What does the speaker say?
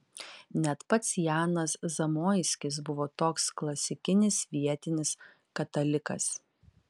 net pats janas zamoiskis buvo toks klasikinis vietinis katalikas